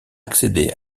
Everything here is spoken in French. accéder